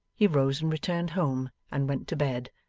he rose and returned home, and went to bed,